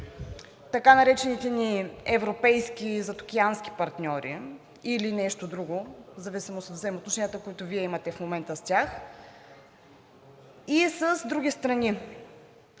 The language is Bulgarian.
така наречените ни европейски и задокеански партньори или нещо друго, в зависимост от взаимоотношенията, които Вие имате в момента с тях, и с други страни.